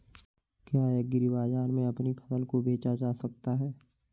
क्या एग्रीबाजार में अपनी फसल को बेचा जा सकता है?